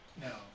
No